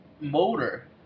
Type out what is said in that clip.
motor